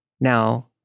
Now